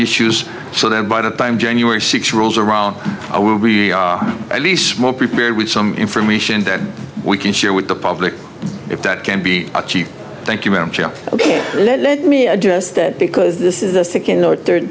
issues so that by the time january sixth rolls around i will be at least small prepared with some information that we can share with the public if that can be achieved thank you ma'am ok let me address that because this is the second or third